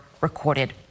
recorded